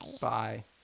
Bye